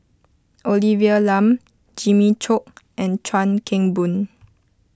Olivia Lum Jimmy Chok and Chuan Keng Boon